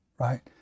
right